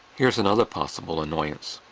here's another possible annoyance.